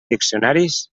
diccionaris